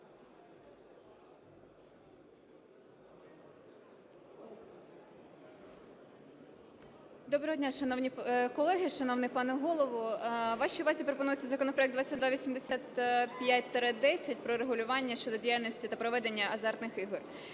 Доброго дня, шановні колеги, шановний пане Голово. Вашій увазі пропонується законопроект 2285-10 про регулювання щодо діяльності та проведення азартних ігор.